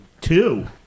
two